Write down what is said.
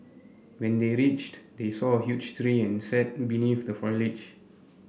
when they reached they saw a huge tree and sat the foliage